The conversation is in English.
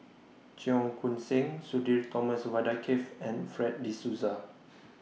Cheong Koon Seng Sudhir Thomas Vadaketh and Fred De Souza